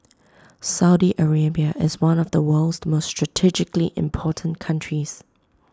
Saudi Arabia is one of the world's most strategically important countries